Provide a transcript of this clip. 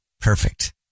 Perfect